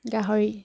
গাহৰিৰ